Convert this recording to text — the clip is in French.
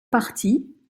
partie